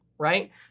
Right